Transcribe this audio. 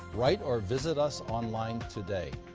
write or visit us online today!